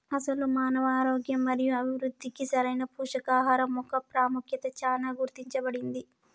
అసలు మానవ ఆరోగ్యం మరియు అభివృద్ధికి సరైన పోషకాహరం మొక్క పాముఖ్యత చానా గుర్తించబడింది